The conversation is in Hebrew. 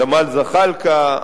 ג'מאל זחאלקה,